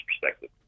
perspective